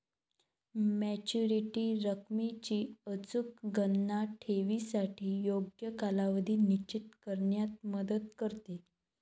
maturity रकमेची अचूक गणना ठेवीसाठी योग्य कालावधी निश्चित करण्यात मदत करते